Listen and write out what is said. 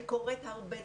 אני קוראת הרבה דברים.